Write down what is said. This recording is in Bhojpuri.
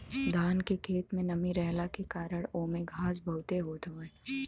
धान के खेत में नमी रहला के कारण ओमे घास बहुते होत हवे